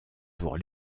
pour